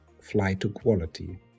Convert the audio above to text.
fly-to-quality